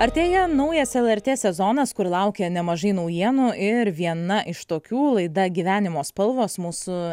artėja naujas lrt sezonas kur laukia nemažai naujienų ir viena iš tokių laida gyvenimo spalvos mūsų